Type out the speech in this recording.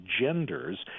genders